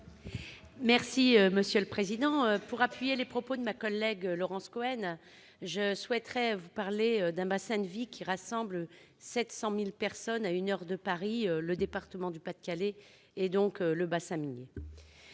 sur l'article. Pour appuyer les propos de ma collègue Laurence Cohen, je souhaiterais vous parler d'un bassin de vie qui rassemble 700 000 personnes à une heure de Paris. Dans le département du Pas-de-Calais, ce que nous appelons le bassin minier